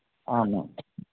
आम् आम्